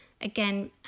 Again